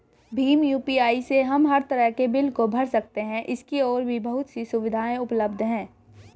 Bhim UPI से हम हर तरह के बिल को भर सकते है, इसकी और भी बहुत सी सुविधाएं उपलब्ध है